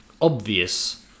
obvious